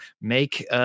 make